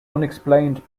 unexplained